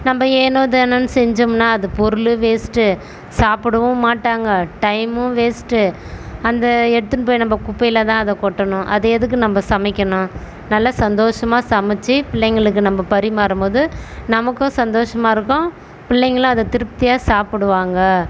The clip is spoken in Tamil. நம்ப ஏனோ தானோனு செஞ்சோம்னா அது பொருள் வேஸ்ட்டு சாப்பிடவும் மாட்டாங்க டைமும் வேஸ்ட்டு அந்த எடுத்துன்னு போய் அதை குப்பையில் தான் அதை கொட்டணும் அத எதுக்கு நம்ப சமைக்கணும் நல்லா சந்தோஷமாக சமச்சு பிள்ளைங்களுக்கு நம்ப பரிமாறும் போது நமக்கும் சந்தோஷமாக இருக்கும் பிள்ளைகளும் அதை திருப்தியாக சாப்பிடுவாங்க